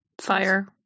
Fire